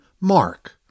Mark